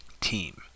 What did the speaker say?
team